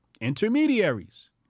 intermediaries